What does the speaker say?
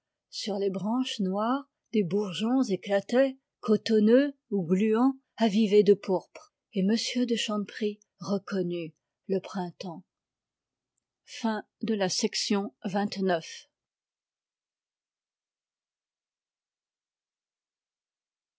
sur les branches noires des bourgeons éclataient cotonneux ou gluants avivés de pourpre et m de chanteprie reconnut le printemps